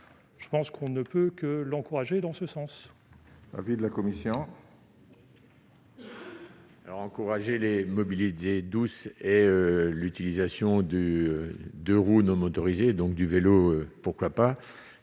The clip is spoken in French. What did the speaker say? Je pense qu'on ne peut que l'encourager dans ce sens. Avis de la commission. Alors, encourager les mobilités douces et l'utilisation du deux-roues non motorisé, donc du vélo, pourquoi pas,